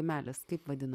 meilės kaip vadino